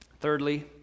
Thirdly